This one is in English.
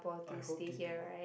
I hope they do